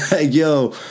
yo